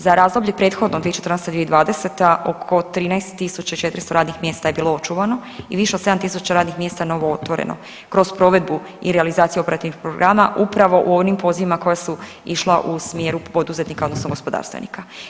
Za razdoblje prethodno 2014.-2020. oko 13.400 radnih mjesta je bilo očuvano i više od 7.000 radnih mjesta novootvoreno kroz provedbu i realizaciju operativnih programa upravo u onim pozivima koja su išla u smjeru poduzetnika odnosno gospodarstvenika.